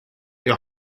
jag